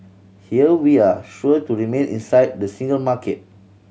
here we're sure to remain inside the single market